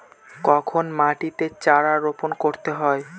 কখন মাটিতে চারা রোপণ করতে হয়?